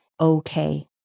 okay